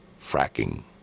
fracking